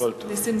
מהחרדים, רבותי.